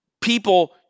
people